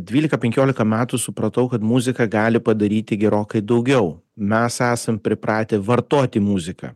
dvylika penkiolika metų supratau kad muzika gali padaryti gerokai daugiau mes esam pripratę vartoti muziką